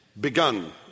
begun